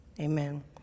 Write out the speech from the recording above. amen